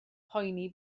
poeni